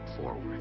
forward